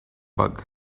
bug